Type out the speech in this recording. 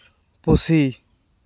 ᱯᱩᱥᱤ